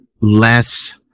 less